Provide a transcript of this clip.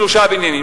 שלושה בניינים,